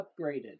upgraded